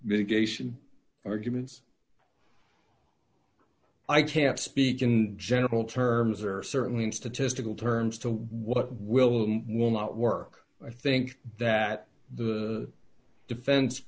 gation arguments i can't speak in general terms or certainly in statistical terms to what will will not work i think that the defen